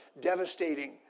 devastating